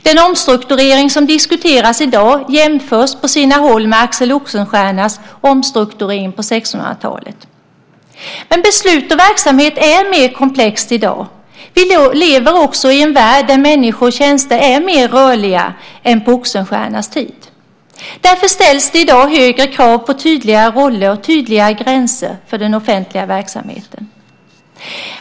Den omstrukturering som diskuteras i dag jämförs på sina håll med Axel Oxenstiernas omstrukturering på 1600-talet. Men beslut och verksamhet är mer komplexa i dag. Vi lever också i en värld där människor och tjänster är mer rörliga än på Oxenstiernas tid. Därför ställs det i dag högre krav på tydliga roller och tydliga gränser för den offentliga verksamheten.